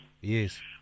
Yes